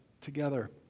together